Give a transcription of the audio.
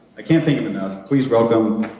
i can't think of enough. please welcome,